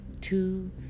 two